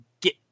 get